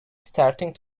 starting